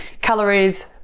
calories